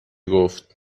گفت